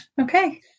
Okay